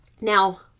Now